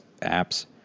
apps